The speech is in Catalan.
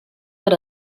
per